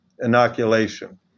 inoculation